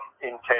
intent